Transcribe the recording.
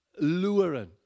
luring